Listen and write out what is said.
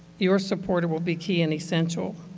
your support will be key and essential.